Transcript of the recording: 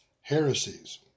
heresies